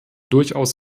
durchaus